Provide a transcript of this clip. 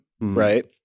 right